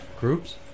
groups